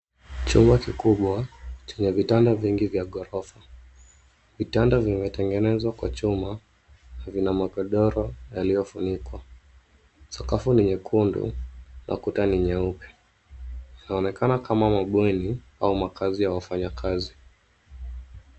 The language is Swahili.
Chumba kikubwa chenye vitanda vingi vya ghorofa. Vitanda vimetengenezwa kwa chuma na vina magodoro yaliyofunikwa. Sakafu ni nyekundu na kuta ni nyeupe. Inaonekana kama mabweni au makazi ya wafanyakazi.